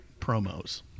promos